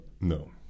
no